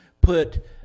put